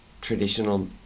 traditional